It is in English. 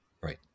right